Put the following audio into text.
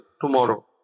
tomorrow